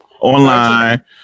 online